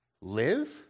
live